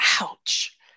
Ouch